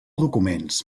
documents